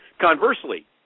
Conversely